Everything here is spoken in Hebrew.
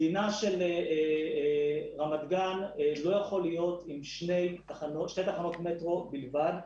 דינה של רמת גן לא יכול להיות עם שתי תחנות מטרו בלבד.